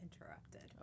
interrupted